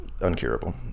Uncurable